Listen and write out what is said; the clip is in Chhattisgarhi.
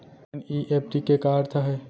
एन.ई.एफ.टी के का अर्थ है?